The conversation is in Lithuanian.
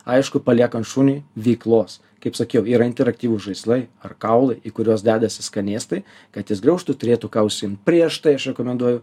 aišku paliekant šuniui veiklos kaip sakiau yra interaktyvūs žaislai ar kaulai į kuriuos dedasi skanėstai kad jis gniaužtų ir turėtų ką užsiimt prieš tai aš rekomenduoju